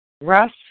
Russ